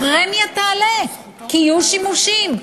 הפרמיה תעלה, כי יהיו שימושים.